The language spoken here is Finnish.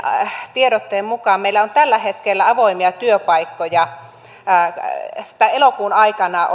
tiedotteen mukaan meillä oli avoimia työpaikkoja elokuun aikana